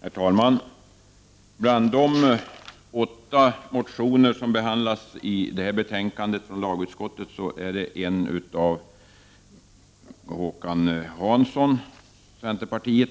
Herr talman! Bland de åtta motioner som behandlas i detta betänkande från lagutskottet är en av Håkan Hansson m.fl. från centerpartiet.